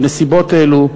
בנסיבות אלו,